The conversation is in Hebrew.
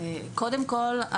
קודם כל,